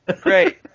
great